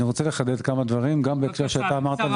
אני רוצה לחדד כמה דברים, גם בהקשר שאתה אמרת.